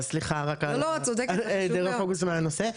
אז סליחה רק על היעדר הפוקוס מהנושא.